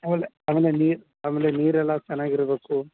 ಆಮೇಲೆ ಆಮೇಲೆ ನೀರು ಆಮೇಲೆ ನೀರು ಎಲ್ಲ ಚೆನ್ನಾಗಿ ಇರಬೇಕು